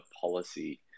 policy